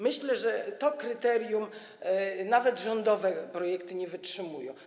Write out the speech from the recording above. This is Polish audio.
Myślę więc, że tego kryterium nawet rządowe projekty nie wytrzymują.